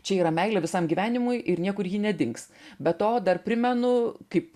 čia yra meilė visam gyvenimui ir niekur ji nedings be to dar primenu kaip